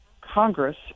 Congress –